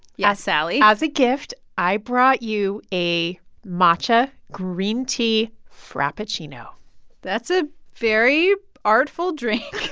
yeah sally? as a gift, i brought you a matcha green tea frappuccino that's a very artful drink